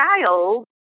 child